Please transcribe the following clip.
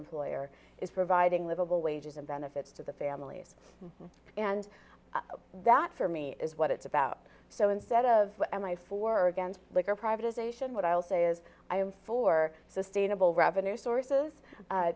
employer is providing livable wages and benefits to the families and that for me is what it's about so instead of am i for or against bigger privatization what i'll say is i'm for sustainable revenue sources